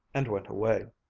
and went away.